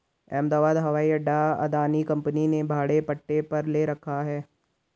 अहमदाबाद हवाई अड्डा अदानी कंपनी ने भाड़े पट्टे पर ले रखा है